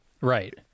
Right